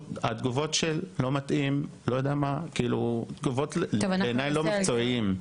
הם אמרו שזה לא מתאים וסיפקו תגובות שבעיניי היו לא מקצועיות.